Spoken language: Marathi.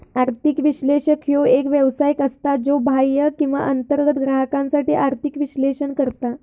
आर्थिक विश्लेषक ह्यो एक व्यावसायिक असता, ज्यो बाह्य किंवा अंतर्गत ग्राहकांसाठी आर्थिक विश्लेषण करता